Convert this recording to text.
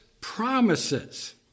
promises